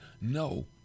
No